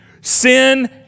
sin